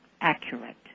accurate